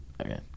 Okay